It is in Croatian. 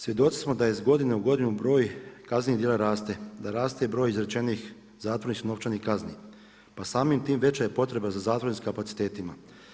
Svjedoci smo da iz godine u godinu broj kaznenih djela raste, da raste broj izrečenih zatvorskih novčanih kazni, pa samim tim veća je potreba za zatvorskim kapacitetima.